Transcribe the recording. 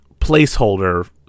placeholder